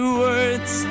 words